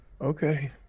Okay